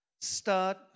Start